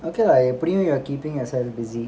okay lah எப்படியும்:eppadiyum you're keeping yourself busy